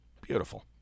Beautiful